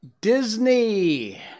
Disney